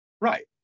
Right